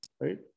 right